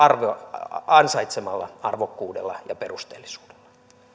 ansaitsemalla arvokkuudella ja perusteellisuudella